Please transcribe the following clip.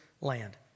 land